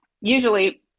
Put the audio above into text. usually